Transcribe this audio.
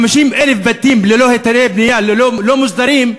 50,000 בתים ללא היתרי בנייה, לא מוסדרים,